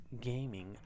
gaming